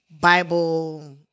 Bible